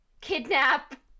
kidnap